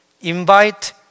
invite